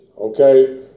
okay